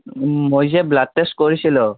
মই যে blood test কৰিছিলোঁ